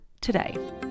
today